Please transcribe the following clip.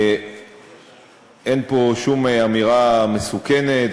אין פה שום אמירה מסוכנת,